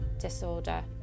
disorder